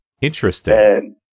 Interesting